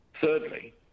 Thirdly